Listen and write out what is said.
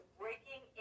breaking